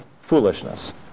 foolishness